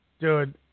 Dude